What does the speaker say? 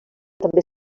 també